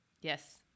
yes